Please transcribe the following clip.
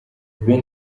ben